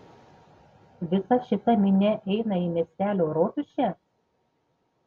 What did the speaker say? visa šita minia eina į miestelio rotušę